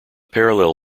parallel